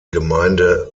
gemeinde